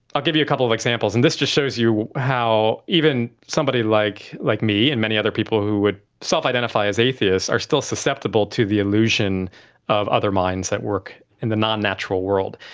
i'll give you a couple of examples, and this just shows you how even somebody like like me and many other people who would self-identify as atheists are still susceptible to the illusion of other minds that work in the non-natural world.